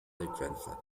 grandfather